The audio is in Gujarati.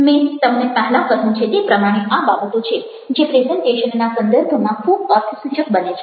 મેં તમને પહેલા કહ્યું છે તે પ્રમાણે આ બાબતો છે જે પ્રેઝન્ટેશનના સંદર્ભમાં ખૂબ અર્થસૂચક બને છે